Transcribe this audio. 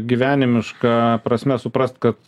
gyvenimiška prasme suprast kad